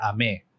ame